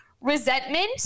resentment